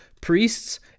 priests